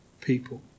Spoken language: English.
people